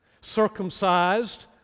circumcised